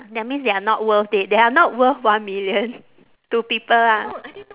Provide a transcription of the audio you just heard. that means they are not worth it they are not worth one million to people lah